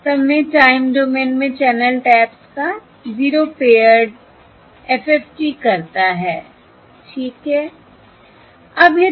वास्तव में time domain में चैनल टैप्स का 0 पेअर्ड FFT करता है ठीक है